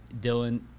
Dylan